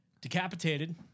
Decapitated